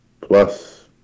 Plus